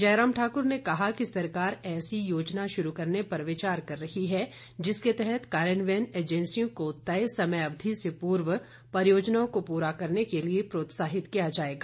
जयराम ठाक्र ने कहा कि सरकार ऐसी योजना शुरू करने पर विचार कर रही है जिसके तहत कार्यान्वयन एजेंसियों को तय समय अवधि से पूर्व परियोजनाओं को पूरा करने के लिए प्रोत्साहित किया जाएगा